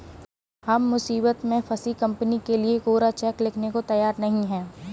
हम मुसीबत में फंसी कंपनियों के लिए कोरा चेक लिखने को तैयार नहीं हैं